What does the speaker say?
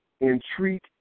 entreat